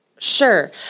Sure